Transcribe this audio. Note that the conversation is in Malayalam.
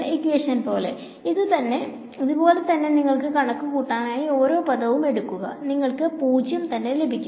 ഇതുപോലെ തന്നെ നിങ്ങൾക്ക് കണക്കുകൂടാനായി ഒരോ പദവും എടുക്കുക നിങ്ങൾക്ക് 0 തന്നെ ലഭിക്കും